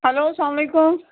hello سلام علیکُم